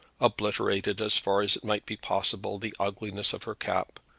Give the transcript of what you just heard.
obliterated as far as it might be possible the ugliness of her cap,